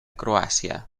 croàcia